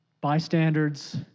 bystanders